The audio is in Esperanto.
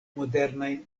modernajn